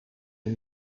een